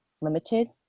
limited